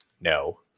no